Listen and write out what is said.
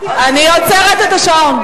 אני עוצרת את השעון.